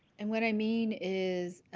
and what i mean is?